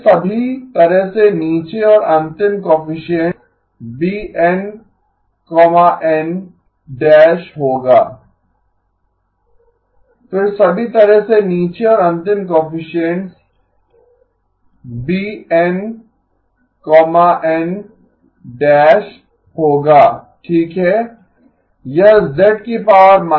फिर सभी तरह से नीचे और अंतिम कोएफिसिएन्ट होगा ठीक है